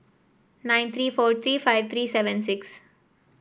nine three four three five three seven six